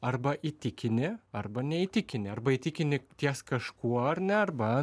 arba įtikini arba neįtikini arba įtikini ties kažkuo ar ne arba